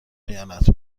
خیانت